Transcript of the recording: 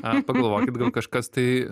ar pagalvokit gal kažkas tai